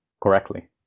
correctly